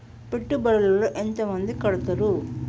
పెట్టుబడుల లో ఎంత మంది కడుతరు?